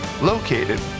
located